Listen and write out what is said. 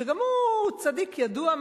שגם הוא צדיק ידוע,